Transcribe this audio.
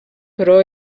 però